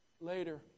later